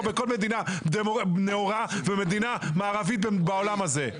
בכול מדינה נאורה ומדינה מערבית בעולם הזה?